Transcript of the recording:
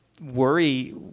worry